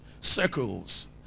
circles